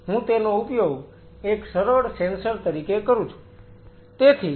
હું તેનો ઉપયોગ એક સરળ સેન્સર તરીકે કરું છું